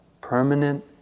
permanent